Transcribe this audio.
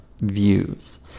views